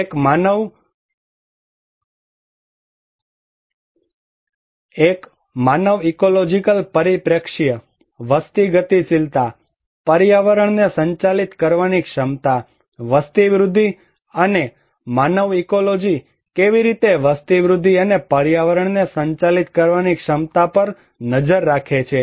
એક માનવ ઇકોલોજીકલ પરિપ્રેક્ષ્ય વસ્તી ગતિશીલતા પર્યાવરણને સંચાલિત કરવાની ક્ષમતા વસ્તી વૃદ્ધિ અને માનવ ઇકોલોજી કેવી રીતે વસ્તી વૃદ્ધિ અને પર્યાવરણને સંચાલિત કરવાની ક્ષમતા પર નજર રાખે છે